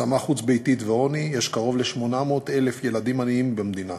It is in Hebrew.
השמה חוץ-ביתית ועוני: יש קרוב ל-800,000 ילדים עניים במדינה.